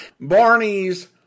Barney's